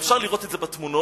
ואפשר לראות את זה בתמונות,